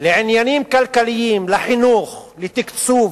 לעניינים כלכליים, לחינוך ולתקצוב?